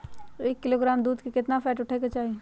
एक किलोग्राम दूध में केतना फैट उठे के चाही?